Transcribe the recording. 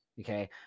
Okay